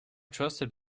trusted